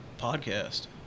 podcast